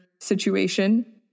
situation